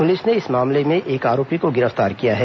police ने इस मामले में एक आरोपी को गिरफ्तार किया है